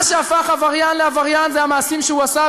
מה שהפך עבריין לעבריין זה המעשים שהוא עשה,